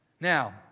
Now